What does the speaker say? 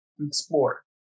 explore